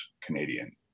Canadian